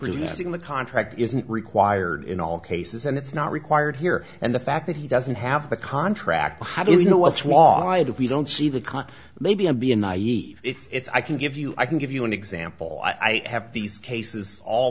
releasing the contract isn't required in all cases and it's not required here and the fact that he doesn't have the contract how does he know what's walleye if we don't see the car maybe i'm being naive it's i can give you i can give you an example i have these cases all